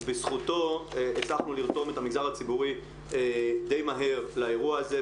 הצלחנו לרתום את המגזר הציבורי די מהר לאירוע הזה,